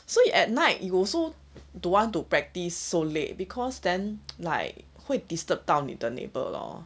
so you at night you also don't want to practice so late because then like 会 disturb 到你的 neighbour lor